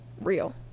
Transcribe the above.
real